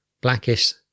Blackish